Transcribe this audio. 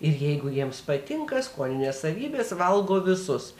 ir jeigu jiems patinka skoninės savybės valgo visus